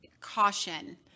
caution –